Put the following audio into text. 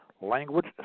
language